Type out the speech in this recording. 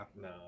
No